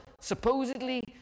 supposedly